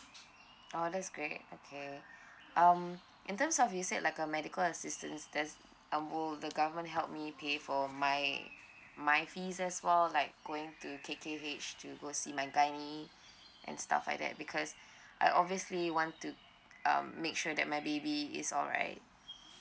orh that's great okay um in terms of you said like a medical assistance there's uh will the government help me pay for my my fees as well like going to K_K_H to go see my gynae and stuff like that because I obviously want to um make sure that my baby is all right